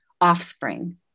offspring